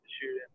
shooting